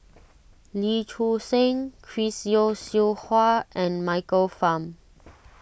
Lee Choon Seng Chris Yeo Siew Hua and Michael Fam